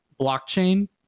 blockchain